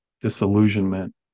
disillusionment